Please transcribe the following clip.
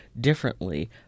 differently